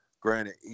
Granted